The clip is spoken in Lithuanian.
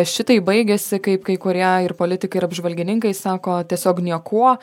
šitai baigėsi kaip kai kurie ir politikai ir apžvalgininkai sako tiesiog niekuo